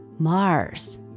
Mars